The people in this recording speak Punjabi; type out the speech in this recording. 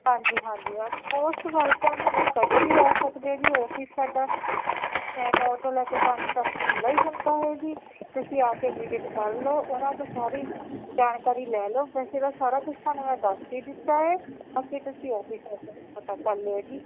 ਹਾਂਜੀ ਹਾਂਜੀ ਮੈਮ ਮੋਸਟ ਵੈਲਕਮ ਤੁਸੀਂ ਕਦੇ ਵੀ ਆ ਸਕਦੇ ਹੋ ਜੀ ਆਫਿਸ ਸਾਡਾ ਨੌ ਤੋਂ ਲੈ ਕੇ ਪੰਜ ਤੱਕ ਖੁੱਲ੍ਹਾ ਹੀ ਹੁੰਦਾ ਹੈ ਜੀ ਤੁਸੀਂ ਆ ਕੇ ਵਿਜ਼ਿਟ ਕਰ ਲੋ ਉਹਨਾਂ ਤੋਂ ਸਾਰੀ ਜਾਣਕਾਰੀ ਲੈ ਲੋ ਵੈਸੇ ਤਾਂ ਸਾਰਾ ਕੁਛ ਤੁਹਾਨੂੰ ਮੈਂ ਦੱਸ ਹੀ ਦਿੱਤਾ ਹੈ ਬਾਕੀ ਤੁਸੀਂ ਆਫਿਸ ਆ ਕੇ ਵੀ ਪਤਾ ਕਰ ਲਿਓ ਜੀ